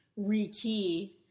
rekey